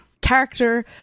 character